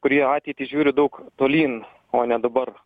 kurie į ateitį žiūri daug tolyn o ne dabar